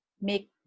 make